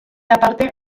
aparte